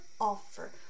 offer